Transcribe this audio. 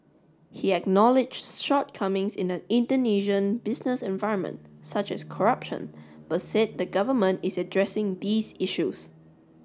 he acknowledged shortcomings in the Indonesian business environment such as corruption but said the government is addressing these issues